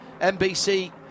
NBC